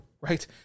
right